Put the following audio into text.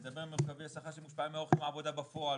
הוא מדבר על מרכיבי שכר שמושפעים מאורך יום עבודה בפועל,